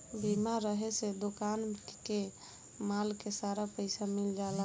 बीमा रहे से दोकान के माल के सारा पइसा मिल जाला